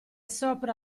sopra